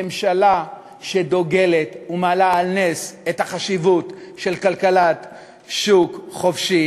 שממשלה שדוגלת ומעלה על נס את החשיבות של כלכלת שוק חופשי